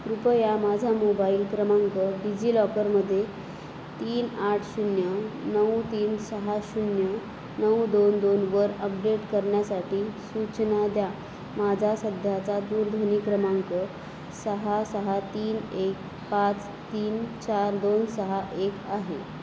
कृपया माझा मोबाईल क्रमांक डिजिलॉकरमध्ये तीन आठ शून्य नऊ तीन सहा शून्य नऊ दोन दोनवर अपडेट करण्यासाठी सूचना द्या माझा सध्याचा दूरध्वनी क्रमांक सहा सहा तीन एक पाच तीन चार दोन सहा एक आहे